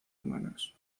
humanos